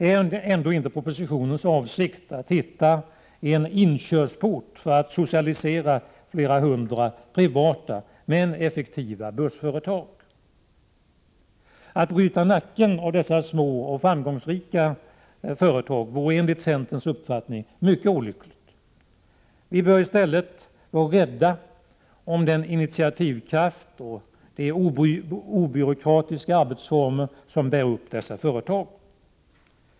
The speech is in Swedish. Är ändå inte avsikten med propositionen att hitta en inkörsport för socialisering av flera hundra privata, men effektiva, bussföretag? Att bryta nacken av dessa små och framgångsrika företag vore enligt centerns uppfattning mycket olyckligt. Vi bör i stället vara rädda om den initiativkraft och de obyråkratiska arbetsformer som utgör grunden för dessa företag.